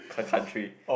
c~ country